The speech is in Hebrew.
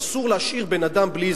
שאסור להשאיר בן-אדם בלי אזרחות.